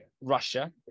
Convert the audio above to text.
Russia